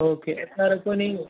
okay സാറെ ഇപ്പോൾ ഇനി